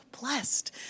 blessed